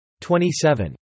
27